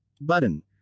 Button